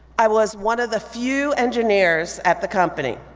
i was one of the few engineers at the company.